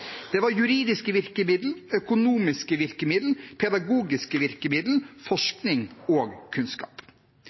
Det var juridiske virkemidler, økonomiske virkemidler, pedagogiske virkemidler og forskning og kunnskap.